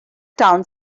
town